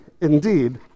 indeed